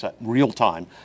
real-time